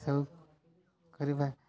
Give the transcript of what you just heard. ସଉକ କରିବା